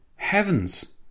Heavens